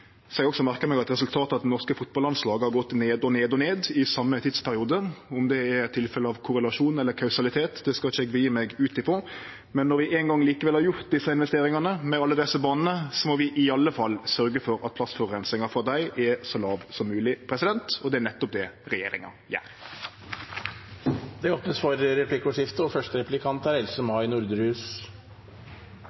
også merka meg at resultata til det norske fotballandslaget har gått ned og ned og ned, i same tidsperiode. Om det er eit tilfelle av korrelasjon eller kausalitet, skal ikkje eg gje meg ut på, men når vi eingong likevel har gjort desse investeringane, med alle desse banene, må vi i alle fall sørgje for at plastforureininga frå dei er så låg som mogleg. Det er nettopp det regjeringa gjer. Det blir replikkordskifte. Statsråden viser i sitt svar til komiteen at det er